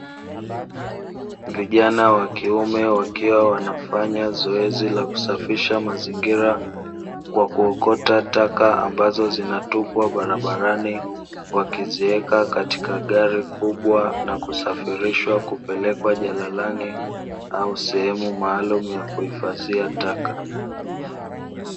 Vijana wa kiume wakiwa wanafanya zoezi la kusafisha mazingira, kwa kuokota taka ambazo zinatupwa barabarani. Wakiziweka katika gari kubwa, na kusafirishwa kupelekwa jalalani au sehemu maalumu ya kuhifadhia taka.